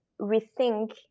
rethink